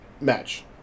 match